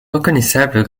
reconnaissable